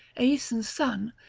aeson's son,